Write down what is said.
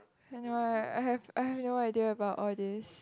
I know right I have I have no idea about all this